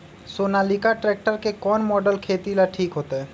Sonalika tractor के कौन model खेती ला ठीक होतै?